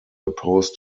opposed